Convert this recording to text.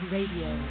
Radio